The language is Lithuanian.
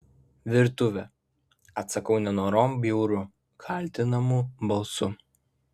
virtuvė atsakau nenorom bjauriu kaltinamu balsu